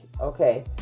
okay